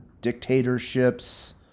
dictatorships